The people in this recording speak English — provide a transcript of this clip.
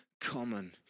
common